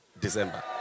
December